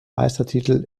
meistertitel